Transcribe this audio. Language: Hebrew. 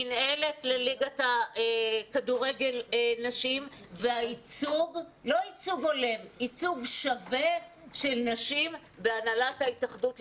מינהלת לליגת הכדורגל נשים וייצוג שווה של נשים בהנהלת ההתאחדות.